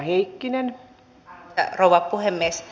arvoisa rouva puhemies